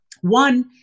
One